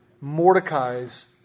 Mordecai's